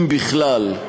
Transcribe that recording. אם בכלל,